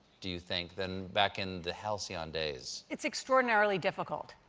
do you think, than back in the halcyon days? it's extraordinarily difficult.